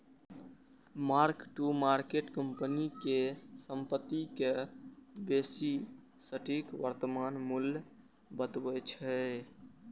mark to market company के संपत्ति के बेसी सटीक वर्तमान मूल्य बतबै छै